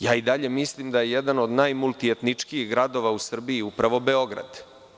Ja i dalje mislim da je jedan od najmultietničkijih gradova u Srbiji upravo Beograd.